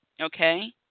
okay